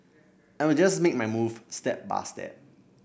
I will just make my move step by step